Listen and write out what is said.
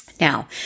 Now